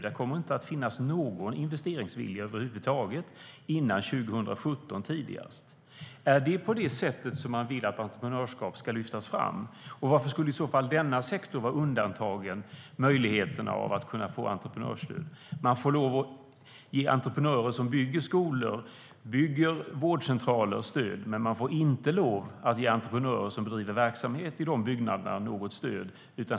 Det kommer inte att finnas någon investeringsvilja över huvud taget förrän tidigast 2017. Är det på det sättet som man vill att entreprenörskap ska lyftas fram? Och varför skulle i så fall denna sektor vara undantagen möjligheterna att få entreprenörstöd? Man får lov att ge entreprenörer som bygger skolor och vårdcentraler stöd, men man får inte lov att ge entreprenörer som bedriver verksamhet i dessa byggnader något stöd.